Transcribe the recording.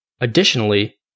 Additionally